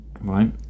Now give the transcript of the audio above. Right